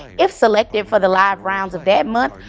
if selected for the live rounds of that month,